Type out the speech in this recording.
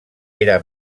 era